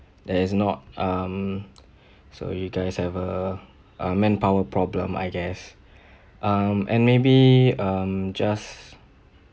there is not um so you guys have err a manpower problem I guess um and maybe um just